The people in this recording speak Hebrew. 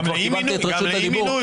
אם כבר קיבלתי את רשות הדיבור.